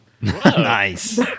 Nice